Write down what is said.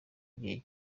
gihe